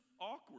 awkward